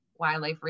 wildlife